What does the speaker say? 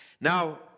Now